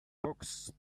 cocks